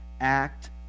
Act